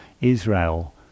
israel